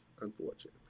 unfortunately